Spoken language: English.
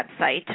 website